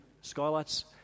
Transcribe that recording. skylights